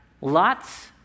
lots